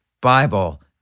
Bible